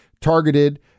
targeted